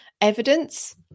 evidence